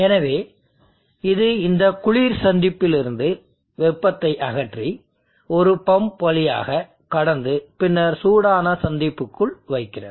எனவே இது இந்த குளிர் சந்திப்பிலிருந்து வெப்பத்தை அகற்றி ஒரு பம்ப் வழியாக கடந்து பின்னர் சூடான சந்திப்பிற்குள் வைக்கிறது